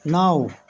نَو